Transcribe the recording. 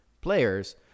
players